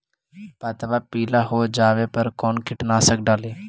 पतबा पिला हो जाबे पर कौन कीटनाशक डाली?